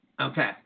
Okay